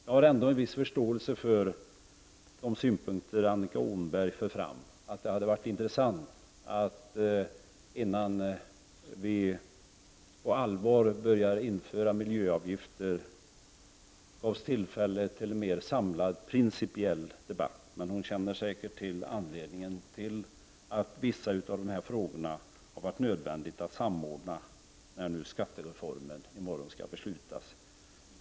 Jag hyser en viss förståelse för de synpunkter Annika Åhnberg förde fram, att det hade varit bra om vi hade fått tillfälle till en mer samlad principiell debatt innan vi på allvar börjar införa miljöavgifter. Men Annika Åhnberg känner säkert till anledningen till att det har varit nödvändigt att samordna vissa av de här frågorna, när nu skattereformen skall beslutas i morgon.